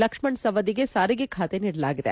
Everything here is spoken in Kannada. ಲಕ್ಷ್ಣ ಸವದಿಗೆ ಸಾರಿಗೆ ಖಾತೆ ನೀಡಲಾಗಿದೆ